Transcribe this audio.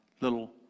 little